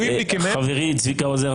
חברי צביקה האוזר,